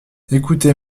écoutez